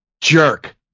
jerk